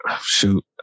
shoot